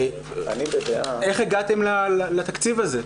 איך הגעתם לתקציב הזה?